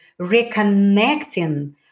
reconnecting